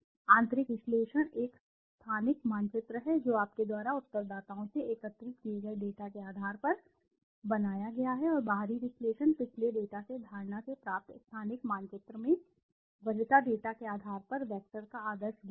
आंतरिक विश्लेषण एक स्थानिक मानचित्र है जो आपके द्वारा उत्तरदाताओं से एकत्रित किए गए डेटा के आधार पर बनाया गया है और बाहरी विश्लेषण पिछले डेटा से धारणा से प्राप्त स्थानिक मानचित्र में वरीयता डेटा के आधार पर वैक्टर का आदर्श बिंदु है